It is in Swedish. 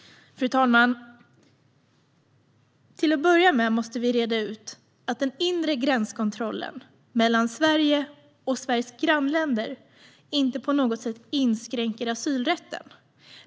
Fru talman! Till att börja med måste vi reda ut att den inre gränskontrollen mellan Sverige och Sveriges grannländer inte på något sätt inskränker asylrätten.